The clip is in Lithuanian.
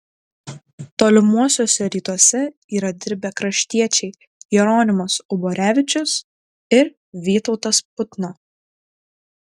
tolimuosiuose rytuose yra dirbę kraštiečiai jeronimas uborevičius ir vytautas putna